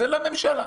זה לממשלה.